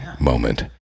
moment